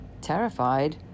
terrified